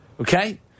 okay